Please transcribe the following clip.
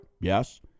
Yes